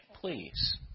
please